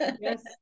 yes